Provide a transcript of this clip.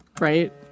Right